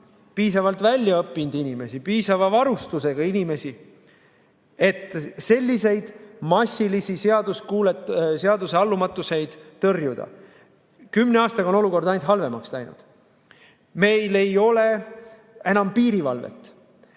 piisavalt väljaõppinud inimesi, piisava varustusega inimesi, et selliseid massilisi seadusele allumatuseid tõrjuda. Kümne aastaga on olukord ainult halvemaks läinud. Meil ei ole enam piirivalvet.